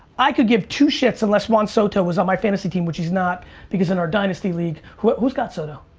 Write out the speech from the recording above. i could give two shits unless juan soto was on my fantasy team which he's not because in our dynasty league, who's got soto?